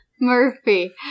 Murphy